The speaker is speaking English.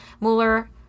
Mueller